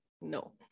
no